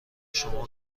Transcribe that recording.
شما